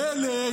מילא,